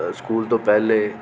school तों पैह्लें